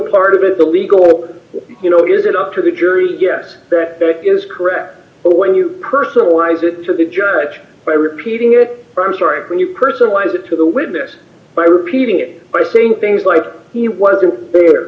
part of it is a legal you know is it up to the jury yes that is correct or when you personalize it to the judge by repeating it when you personalize it to the witness by repeating it by saying things like he wasn't there